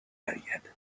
برگرده